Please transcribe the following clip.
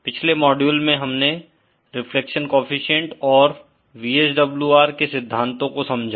पिछले मॉड्यूल मैं हमने रिफ्लेक्शन कोएफ़िशिएंट और वी एस डब्लू आर के सिद्धांतों को समझा